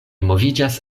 moviĝas